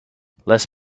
less